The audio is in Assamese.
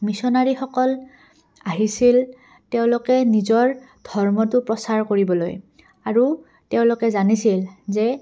মিছনাৰীসকল আহিছিল তেওঁলোকে নিজৰ ধৰ্মটো প্ৰচাৰ কৰিবলৈ আৰু তেওঁলোকে জানিছিল যে